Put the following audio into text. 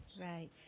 right